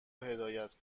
حرکت